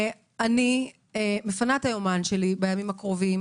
אני מפנה את היומן שלי בימים הקרובים,